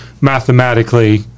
mathematically